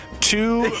Two